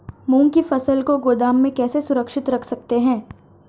मूंग की फसल को गोदाम में कैसे सुरक्षित रख सकते हैं?